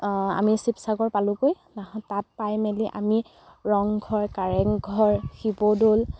আমি শিৱসাগৰ পালোগৈ তাত পাই মেলি আমি ৰংঘৰ কাৰেঙঘৰ শিৱদৌল